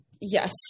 yes